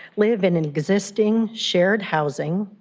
live in in existing shared housing,